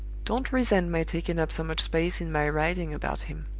don't resent my taking up so much space in my writing about him.